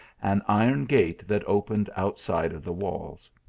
an iron gate that opened outside of the walls.